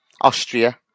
Austria